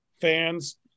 fans